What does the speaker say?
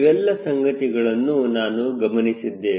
ಇವೆಲ್ಲ ಸಂಗತಿಗಳನ್ನು ನಾವು ಗಮನಿಸಿದ್ದೇವೆ